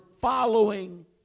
following